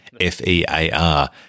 F-E-A-R